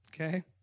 Okay